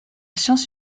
science